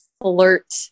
flirt